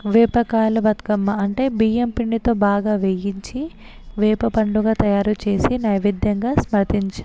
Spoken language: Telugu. వేపకాయల బతుకమ్మ అంటే బియ్యంపిండితో బాగా వేయించి వేపపండ్లుగా తయారు చేసి నైవేద్యంగా సమర్పించి